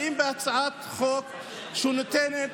באים בהצעת חוק שנותנת